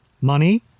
Money